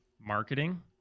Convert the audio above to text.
marketing